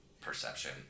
perception